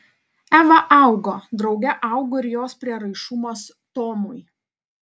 eva augo drauge augo ir jos prieraišumas tomui